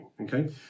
okay